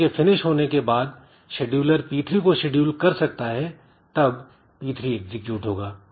P1 के finish होने के बाद शेड्यूलर P3 को शेड्यूल कर सकता है तब P3 एग्जीक्यूट होगा